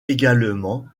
également